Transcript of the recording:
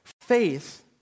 Faith